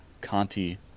Conti